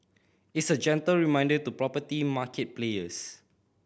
it's a gentle reminder to property market players